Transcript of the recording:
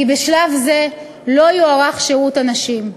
כי בשלב זה לא יוארך שירות הנשים.